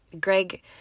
Greg